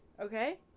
Okay